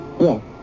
Yes